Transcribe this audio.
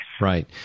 Right